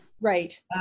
right